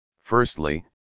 firstly